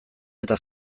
eta